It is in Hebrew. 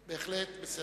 תודה.